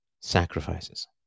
sacrifices